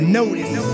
notice